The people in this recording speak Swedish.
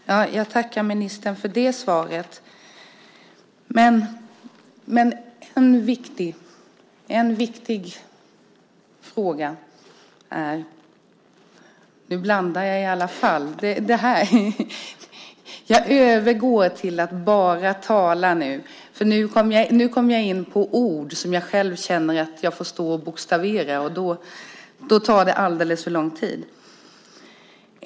Fru talman! Jag tackar ministern för det svaret. En viktig fråga är . Nu blandar jag teckenspråk med tal i alla fall. Jag övergår till att bara tala nu, för nu kommer jag in på ord som jag själv känner att jag måste stå och bokstavera och då tar det alldeles för lång tid.